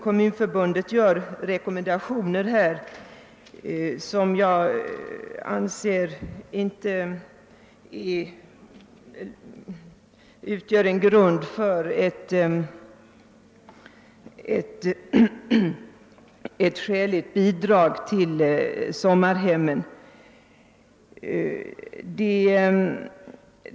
Kommunförbundet ger rekommendationer, vilka jag inte anser utgöra någon grund för ett skäligt bidrag till sommarhemmen.